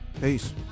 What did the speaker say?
Peace